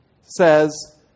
says